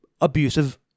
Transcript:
abusive